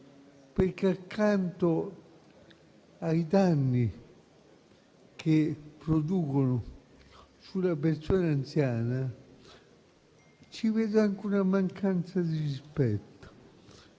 perché, accanto ai danni che producono sulle persone anziane, ci vedo anche una mancanza di rispetto